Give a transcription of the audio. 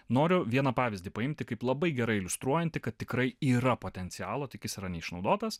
noriu vieną pavyzdį paimti kaip labai gerai iliustruojantį kad tikrai yra potencialo tik jis yra neišnaudotas